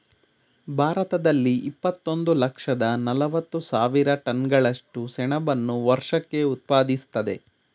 ಭಾರತದಲ್ಲಿ ಇಪ್ಪತ್ತೊಂದು ಲಕ್ಷದ ನಲವತ್ತು ಸಾವಿರ ಟನ್ಗಳಷ್ಟು ಸೆಣಬನ್ನು ವರ್ಷಕ್ಕೆ ಉತ್ಪಾದಿಸ್ತದೆ